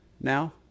now